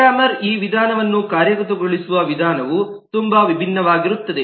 programmer ಈ ವಿಧಾನವನ್ನು ಕಾರ್ಯಗತಗೊಳಿಸುವ ವಿಧಾನವು ತುಂಬಾ ವಿಭಿನ್ನವಾಗಿರುತ್ತದೆ